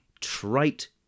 trite